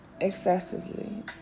excessively